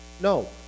No